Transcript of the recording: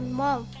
mom